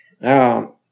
Now